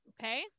Okay